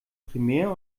primär